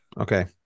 okay